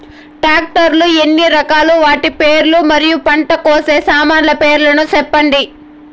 Tractor లు ఎన్ని రకాలు? వాటి పేర్లు మరియు పంట కోసే సామాన్లు పేర్లను సెప్పండి?